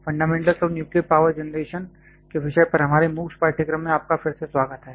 fundamentals of nuclear power generation के विषय पर हमारे मूक्स MOOC's पाठ्यक्रम में आपका फिर से स्वागत है